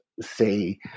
say